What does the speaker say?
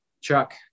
Chuck